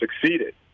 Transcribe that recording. succeeded